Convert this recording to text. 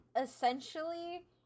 essentially